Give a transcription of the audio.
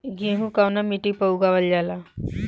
गेहूं कवना मिट्टी पर उगावल जाला?